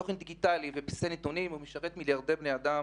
המרחב הזה משרת מיליארדי בני אדם